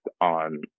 on